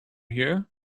here